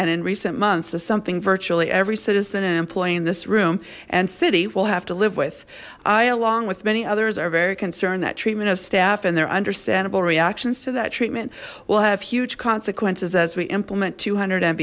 and in recent months is something virtually every citizen and employee in this room and city will have to live with i along with many others are very concerned that treatment of staff and their understandable reactions to that treatment will have huge consequences as we implement two hundred and